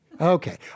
Okay